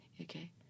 okay